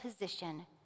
position